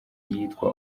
yitwa